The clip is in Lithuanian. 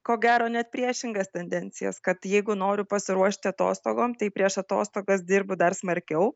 ko gero net priešingas tendencijas kad jeigu noriu pasiruošti atostogom tai prieš atostogas dirbu dar smarkiau